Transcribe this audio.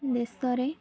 ଦେଶରେ